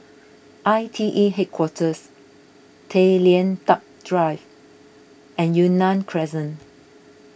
I T E Headquarters Tay Lian Teck Drive and Yunnan Crescent